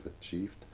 achieved